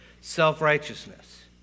self-righteousness